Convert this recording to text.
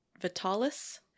Vitalis